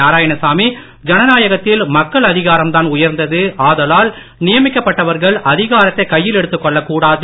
நாராயணசாமி ஜனநாயகத்தில் மக்கள் அதிகாரம் தான் உயர்ந்தது ஆதலால் நியமிக்கப்பட்டவர்கள் அதிகாரத்தை கையில் எடுத்துக் கொள்ளக் கூடாது